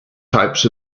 types